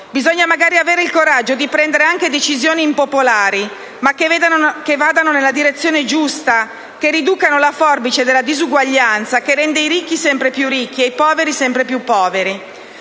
Bisogna magari avere il coraggio dì prendere anche decisioni impopolari, ma che vadano nella direzione giusta, che riducano la forbice della disuguaglianza che rende i ricchi sempre più ricchi e ì poveri sempre più poveri.